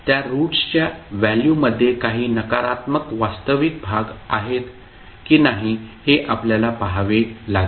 त्या रूट्सच्या व्हॅल्यू मध्ये काही नकारात्मक वास्तविक भाग आहेत की नाही हे आपल्याला पहावे लागेल